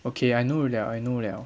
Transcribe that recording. okay I know liao I know liao